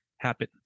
happen